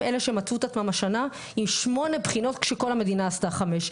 אלה שמצאו את עצמם השנה עם שמונה בחינות כשכל המדינה עשתה חמש,